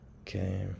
Okay